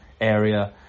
area